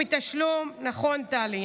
נכון, טלי.